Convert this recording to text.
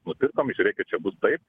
nupirkom žiūrėkit čia bus taip